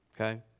okay